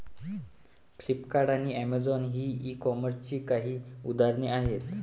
Flipkart आणि Amazon ही ई कॉमर्सची काही उदाहरणे आहे